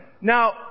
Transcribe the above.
Now